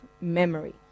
memory